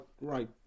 right